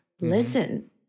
Listen